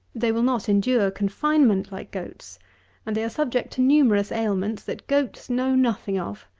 they will not endure confinement like goats and they are subject to numerous ailments that goats know nothing of.